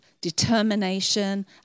determination